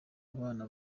abana